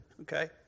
okay